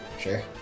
sure